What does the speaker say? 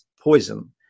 poison